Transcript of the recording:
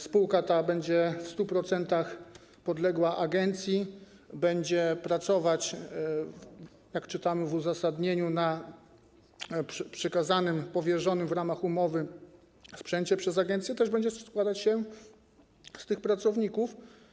Spółka ta będzie w 100% podległa agencji, będzie pracować, jak czytamy w uzasadnieniu, na przekazanym, powierzonym w ramach umowy sprzęcie przez agencję, będzie też składać się z tych pracowników.